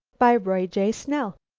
by roy j. snell